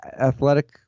athletic